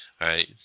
Right